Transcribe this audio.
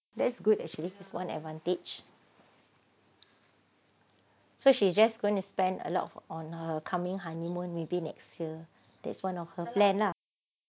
that's good actually is one advantage so she just going to spend a lot of on her coming honeymoon maybe next year there's one of her plan lah